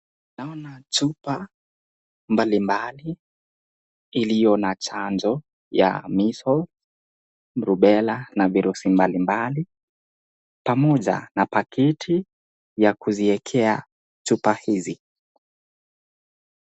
Naona chupa mbalimbali iliyo na chanjo ya MEASLES, RUBELLA na virusi mbalimbali pamoja na pakiti ya kuziekea chupa hizi.